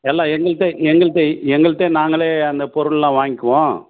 எல்லாம் எங்கள்கிட்ட எங்கள்கிட்ட எங்கள்கிட்ட நாங்களே அந்த பொருள்லாம் வாங்கிக்குவோம்